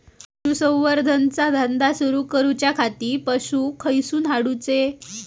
पशुसंवर्धन चा धंदा सुरू करूच्या खाती पशू खईसून हाडूचे?